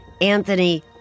Anthony